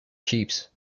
keeps